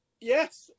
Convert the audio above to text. Yes